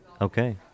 Okay